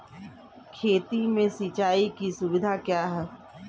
खेती में सिंचाई की सुविधा क्या है?